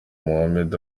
mohammed